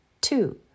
two